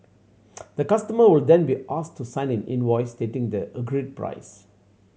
the customer would then be asked to sign an invoice stating the agreed price